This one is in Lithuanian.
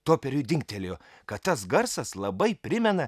toperiui dingtelėjo kad tas garsas labai primena